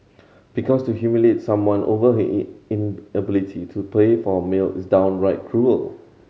because to humiliate someone over he inability to pay for meal is downright cruel